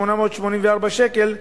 884 שקל,